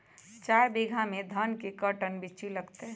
चार बीघा में धन के कर्टन बिच्ची लगतै?